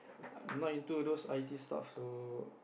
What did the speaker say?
not into those I_T stuff so